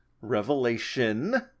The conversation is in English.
Revelation